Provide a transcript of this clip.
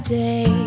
day